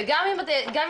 וגם אם לא,